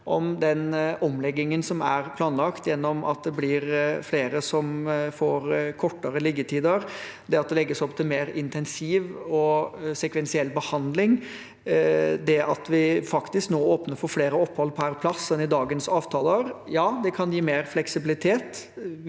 den omleggingen som er planlagt, gjennom at det blir flere som får kortere liggetider, at det legges opp til mer intensiv og sekvensiell behandling, og at vi faktisk nå åpner for flere opphold per plass enn i dagens avtaler. Det kan gi mer fleksibilitet.